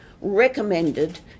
recommended